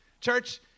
Church